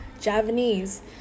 Javanese